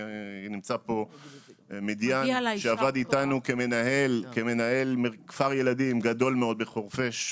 ונמצא פה מדיאן שעבד איתנו כמנהל כפר ילדים גדול מאוד בחורפיש,